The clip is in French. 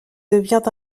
devient